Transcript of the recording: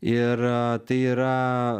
ir tai yra